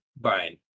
Brian